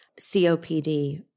COPD